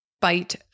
bite